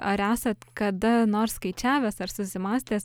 ar esat kada nors skaičiavęs ar susimąstęs